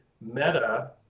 Meta